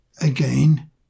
again